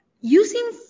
using